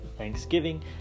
Thanksgiving